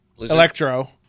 Electro